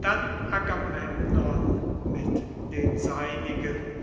dann agamemnon mit den seinigen